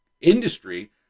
industry